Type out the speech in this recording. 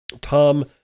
Tom